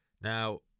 Now